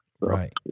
Right